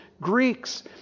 Greeks